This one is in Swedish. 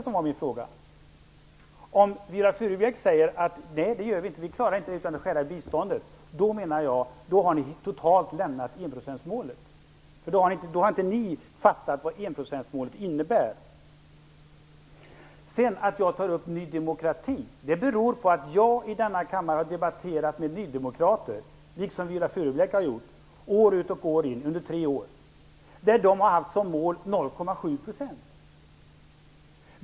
Om Viola Furubjelke säger att vi inte gör det, då har ni totalt lämnat enprocentsmålet. Då har ni inte fattat vad enprocentsmålet innebär. Sedan tog jag upp Ny demokrati därför att jag - liksom Viola Furubjelke - i denna kammare har debatterat med nydemokrater under tre år. De hade 0,7 % som mål.